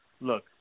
look